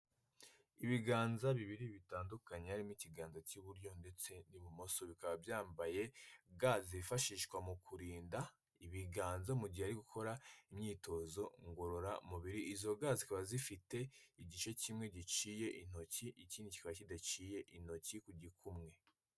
Ibiganza bibiri bitandukanye harimo ikiganza k'iburyo ndetse n'ibumoso, bikaba byambaye ga zifashishwa mu kurinda ibiganz, mu gihe ari gukora imyitozo ngororamubiri, izoga zikaba zifite igice kimwe giciye intoki, ikindi kiba kidaciye intoki ku gikumwe.